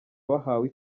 bahawe